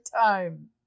time